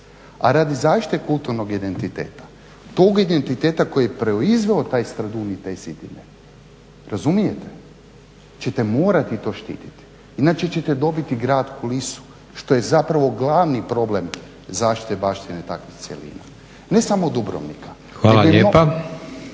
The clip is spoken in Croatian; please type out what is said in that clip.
a radi zaštite kulturnog identiteta, tog identiteta koji je proizveo taj Stradun i te zidine. Razumijete? Ćete morati to štititi inače ćete dobiti grad Kulisu što je zapravo glavni problem zaštite baštine takvih cjelina, ne samo Dubrovnika. **Leko,